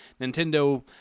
Nintendo